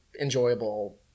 enjoyable